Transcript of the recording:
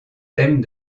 thème